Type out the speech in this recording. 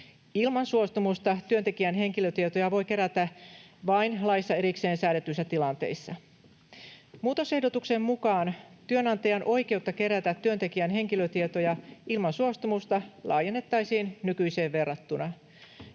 Ilman suostumusta työntekijän henkilötietoja voi kerätä vain laissa erikseen säädetyissä tilanteissa. Muutosehdotuksen mukaan työnantajan oikeutta kerätä työntekijän henkilötietoja ilman suostumusta laajennettaisiin nykyiseen verrattuna.